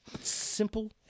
simple